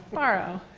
borrow.